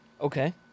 Okay